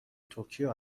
توکیو